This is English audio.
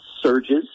surges